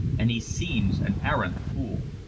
and he seems an arrant fool.